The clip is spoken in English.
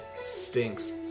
Stinks